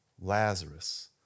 Lazarus